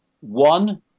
one